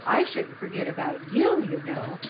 i shouldn't forget about you, you know,